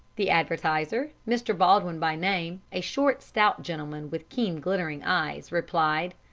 the advertiser mr. baldwin by name, a short, stout gentleman, with keen, glittering eyes replied,